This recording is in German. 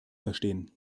verstehen